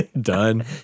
done